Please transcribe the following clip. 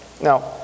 Now